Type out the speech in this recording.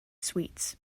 sweets